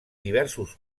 diversos